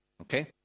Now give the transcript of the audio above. Okay